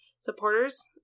supporters